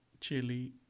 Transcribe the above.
chili